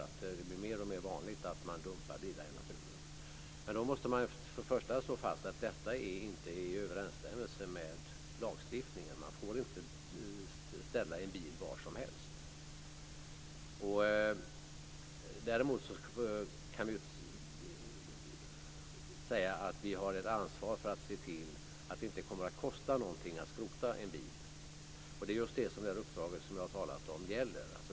Det blir mer och mer vanligt att man dumpar bilar i naturen. Först och främst måste man slå fast att detta inte är i överensstämmelse med lagstiftningen. Man får inte ställa en bil var som helst. Däremot kan vi säga att vi har ett ansvar för att se till att det inte kommer att kosta någonting att skrota en bil. Det är just det som det uppdrag som jag har talat om gäller.